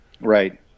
right